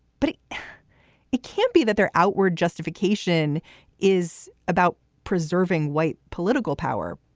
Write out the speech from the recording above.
but it can't be that their outward justification is about preserving white political power.